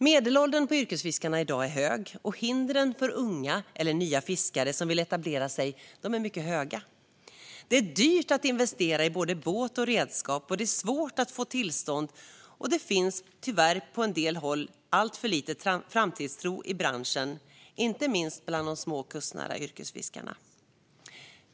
Medelåldern för yrkesfiskarna i dag är hög, och hindren för unga eller nya fiskare som vill etablera sig är höga. Det är dyrt att investera i både båt och redskap, och det är svårt att få tillstånd. Det finns tyvärr på en del håll alltför lite framtidstro i branschen, inte minst bland de små och kustnära yrkesfiskarna.